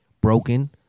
broken